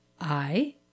I